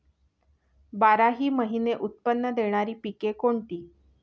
बाराही महिने उत्त्पन्न देणारी पिके कोणती?